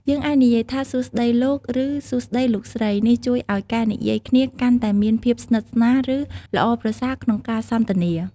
យើងអាចនិយាយថា "សួស្ដី លោក" ឬ "សួស្ដី លោកស្រី" នេះជួយឱ្យការនិយាយគ្នាកាន់តែមានភាពស្និទ្ធស្នាល ឬ ល្អប្រសើរក្នុងការសន្ទនា។